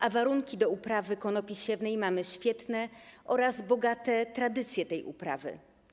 A warunki do uprawy konopi siewnej mamy świetne oraz mamy bogate tradycje tej uprawy.